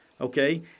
okay